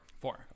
four